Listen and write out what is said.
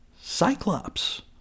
Cyclops